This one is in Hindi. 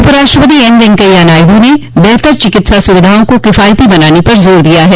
उपराष्ट्रपति एम वैंकैया नायडू ने बेहतर चिकित्सा सुविधाओं को किफायती बनाने पर जोर दिया है